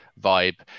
vibe